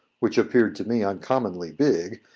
which appeared to me uncommonly big,